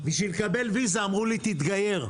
בשביל לקבל ויזה אמרו לי תתגייר.